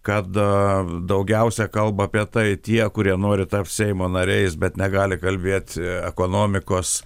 kad aa daugiausiai kalba apie tai tie kurie nori tapti seimo nariais bet negali kalbėt ekonomikos